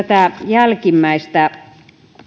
lyhyesti tätä jälkimmäistä